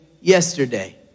yesterday